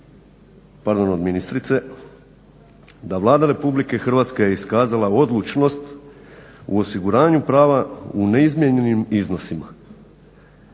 pardon od ministrice da Vlada Republike Hrvatske je iskazala odlučnost u osiguranju prava u neizmijenjenim iznosima.